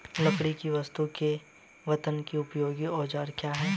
लकड़ी की वस्तु के कर्तन में उपयोगी औजार क्या हैं?